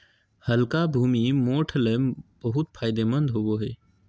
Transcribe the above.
हल्का भूमि, मोठ ले बहुत फायदेमंद होवो हय